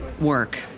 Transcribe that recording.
work